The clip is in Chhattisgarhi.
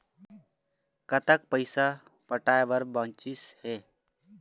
कतक पैसा पटाए बर बचीस हे?